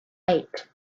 eight